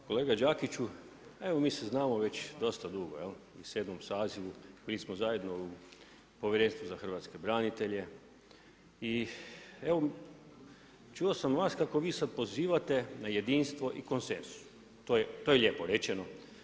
Kolega Đakiću, evo mi se znam već dosta dugo u 7. sazivu, mi smo zajedno u Povjerenstvu za hrvatske branitelje i čuo sam od vas kako vi sada pozivate na jedinstvo i konsenzus, to je lijepo rečeno.